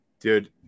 Dude